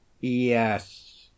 Yes